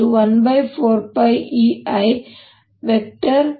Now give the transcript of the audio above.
ಇದು 14πip